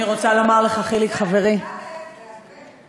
אני רוצה לומר לך, חיליק חברי, כשאתה,